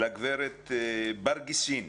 הייתי רוצה לפנות לגברת בר גיסין,